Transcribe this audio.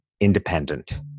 independent